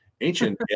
ancient